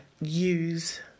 use